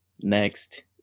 next